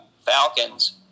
Falcons